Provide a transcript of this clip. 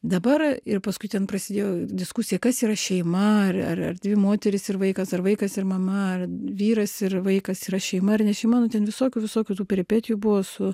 dabar ir paskui ten prasidėjo diskusija kas yra šeima ar ar ar dvi moterys ir vaikas ar vaikas ir mama ar vyras ir vaikas yra šeima ar ne šeima nu ten visokių visokių tų peripetijų buvo su